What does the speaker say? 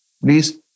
please